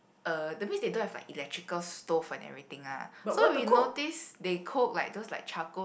uh that means they don't have like electrical stove and everything lah so we notice they cook like those like charcoal